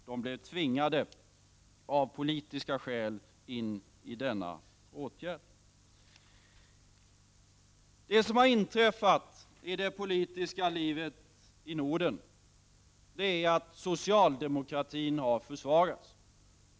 De blev av politiska skäl tvingade att delta i denna åtgärd. Det som har inträffat i det politiska livet i Norden är att socialdemokratin har försvagats.